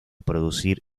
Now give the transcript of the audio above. producir